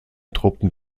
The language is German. truppen